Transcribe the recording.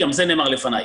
גם זה נאמר לפניי.